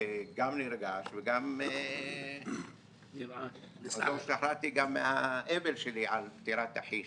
גם נרגש וגם עוד לא השתחררתי מהאבל שלי על פטירת אחי,